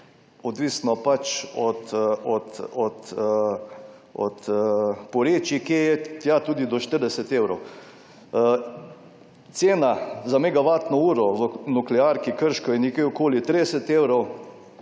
odvisno pač od porečij, ki je tja tudi do 40 evrov. Cena za megavatno uro v Nuklearki Krško je nekje okoli 30 evrov